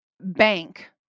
bank